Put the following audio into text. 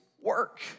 work